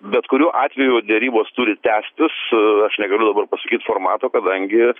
bet kuriuo atveju derybos turi tęstis aš negaliu dabar pasakyt formato kadangi